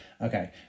okay